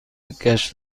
گشت